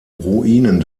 ruinen